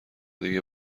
دیگه